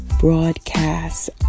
broadcast